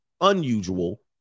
unusual